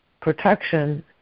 protection